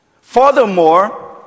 furthermore